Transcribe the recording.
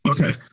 Okay